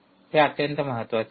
हे अत्यंत महत्वाचे आहे